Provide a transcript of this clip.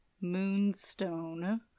moonstone